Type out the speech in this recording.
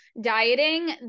dieting